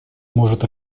может